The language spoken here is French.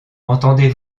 entendez